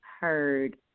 heard